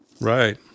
Right